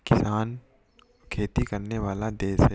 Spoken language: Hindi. किसान खेती करने वाला देश है